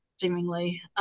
seemingly